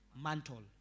mantle